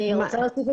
אני רוצה להוסיף,